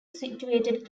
situated